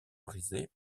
brisé